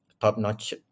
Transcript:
top-notch